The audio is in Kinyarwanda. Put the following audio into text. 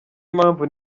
impamvu